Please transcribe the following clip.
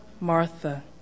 Martha